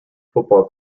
football